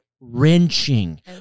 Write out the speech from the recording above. wrenching